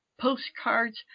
postcards